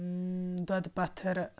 دۄدٕ پتھٕر